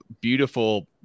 beautiful